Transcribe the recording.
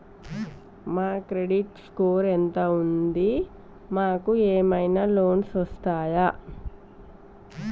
మా credit score ఎంత ఉంది? మాకు ఏమైనా లోన్స్ వస్తయా?